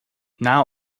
now